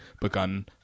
begun